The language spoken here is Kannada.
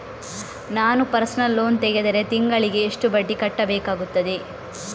ನಾನು ಪರ್ಸನಲ್ ಲೋನ್ ತೆಗೆದರೆ ತಿಂಗಳಿಗೆ ಎಷ್ಟು ಬಡ್ಡಿ ಕಟ್ಟಬೇಕಾಗುತ್ತದೆ?